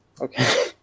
Okay